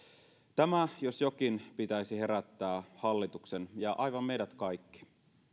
tämän jos jonkin pitäisi herättää hallituksen ja aivan meidät kaikki